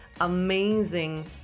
amazing